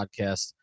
podcast